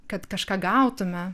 kad kažką gautume